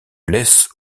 laisse